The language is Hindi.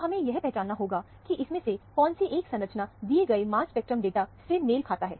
तो हमें पहचाना होगा कि इनमें से कौनसी एक संरचना दिए हुए मांस स्पेक्ट्रेल डाटा से मेल खाता है